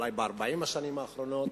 אולי ב-40 השנים האחרונות,